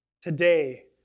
Today